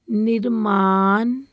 ਨਿਰਮਾਣ